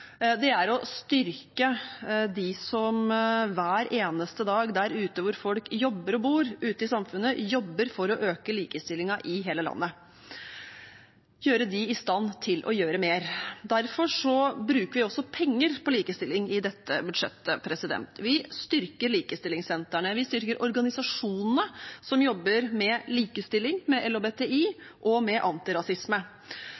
er å styrke dem som hver eneste dag der ute hvor folk jobber og bor ute i samfunnet, jobber for å øke likestillingen i hele landet – gjøre dem i stand til å gjøre mer. Derfor bruker vi også penger på likestilling i dette budsjettet. Vi styrker likestillingssentrene, og vi styrker organisasjonene som jobber med likestilling, med